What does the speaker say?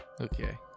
Okay